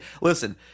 Listen